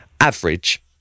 average